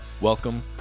Welcome